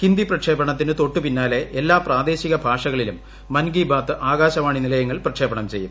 ഹിന്ദി പ്രക്ഷേപണത്തിനു തൊട്ടു പിന്നാലെ എല്ലാ പ്രാദേശിക ഭാഷകളിലും മൻ കി ബാത് ആകാശവാണി നിലയങ്ങൾ പ്രക്ഷേപണം ചെയ്യും